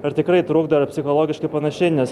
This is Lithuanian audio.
ir tikrai trukdo ir psichologiškai ir panašiai nes